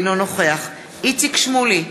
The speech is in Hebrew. אינו נוכח איציק שמולי,